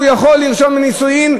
יכול להירשם לנישואין,